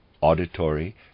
auditory